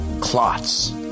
clots